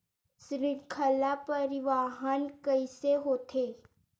श्रृंखला परिवाहन कइसे होथे?